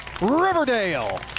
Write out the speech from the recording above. riverdale